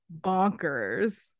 bonkers